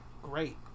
Great